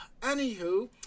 Anywho